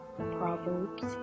proverbs